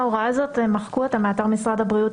את ההוראה הזאת מחקו מאתר משרד הבריאות.